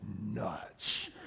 nuts